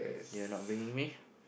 your not bringing me